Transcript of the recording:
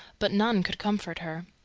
but none could comfort her.